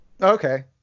Okay